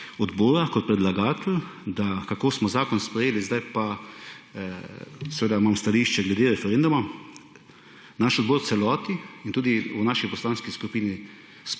odbora kot predlagatelj, da kako smo zakon sprejeli, zdaj pa imam stališče glede referenduma, v našem odboru v celoti in tudi v naši poslanski skupini